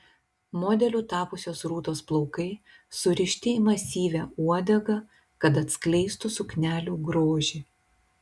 modeliu tapusios rūtos plaukai surišti į masyvią uodegą kad atskleistų suknelių grožį